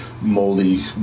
moldy